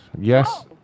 Yes